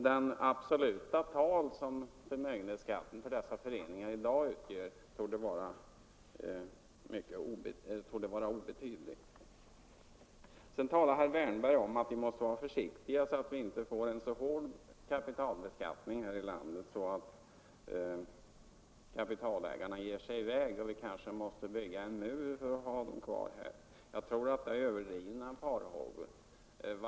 De absoluta tal som förmögenhetsskatten för dessa föreningar i dag uppgår till torde vara obetydliga. Sedan talar herr Wärnberg om att vi måste vara försiktiga så att vi inte får en så hård kapitalbeskattning här i landet att kapitalägarna ger sig i väg och vi kanske måste bygga en mur för att ha dem kvar här. Jag tror att det är överdrivna farhågor.